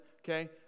okay